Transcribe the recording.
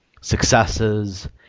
successes